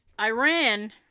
Iran